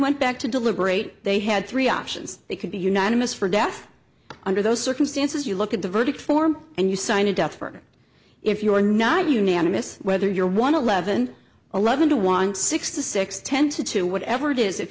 went back to deliberate they had three options they could be unanimous for death under those circumstances you look at the verdict form and you sign a death for if you're not unanimous whether you're one of eleven eleven to one six to six ten to two whatever it is if